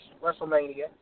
WrestleMania